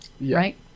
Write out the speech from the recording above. right